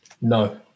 No